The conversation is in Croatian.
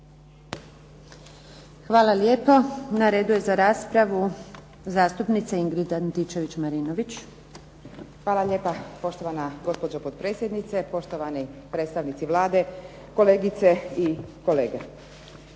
Hvala lijepo. Na redu je za raspravu zastupnica Ingrid Antičević-Marinović. **Antičević Marinović, Ingrid (SDP)** Hvala lijepo poštovana gospođo potpredsjednice, poštovani predstavnici Vlade, kolegice i kolege.